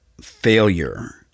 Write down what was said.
failure